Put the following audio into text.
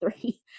three